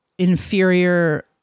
inferior